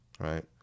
right